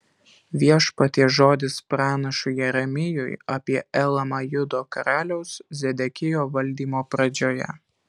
viešpaties žodis pranašui jeremijui apie elamą judo karaliaus zedekijo valdymo pradžioje